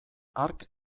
hark